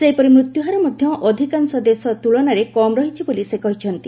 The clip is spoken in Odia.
ସେହିପରି ମୃତ୍ୟୁହାର ମଧ୍ୟ ଅଧିକାଂଶ ଦେଶ ତ୍କଳନାରେ କମ୍ ରହିଛି ବୋଲି ସେ କହିଛନ୍ତି